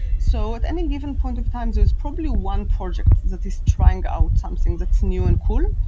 so at any given point of time, there's probably one project that is trying out something that's new and cool,